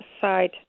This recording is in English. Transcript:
side